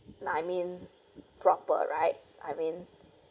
like I mean proper right I mean